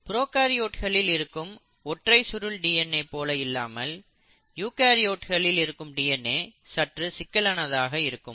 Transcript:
ப்ரோகாரியோட்களில் இருக்கும் ஒற்றை சுருள் டிஎன்ஏ போல இல்லாமல் யூகரியோட்களில் இருக்கும் டிஎன்ஏ சற்று சிக்கலானதாக இருக்கும்